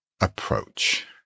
Approach